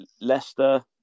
Leicester